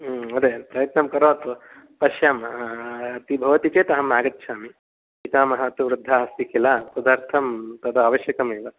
तदेव प्रयत्नं करोतु पश्यामः यदि भवति चेत् अहं आगच्छामि पितामहः तु वृद्धः अस्ति किल तदर्थं तत् अवश्यकमेव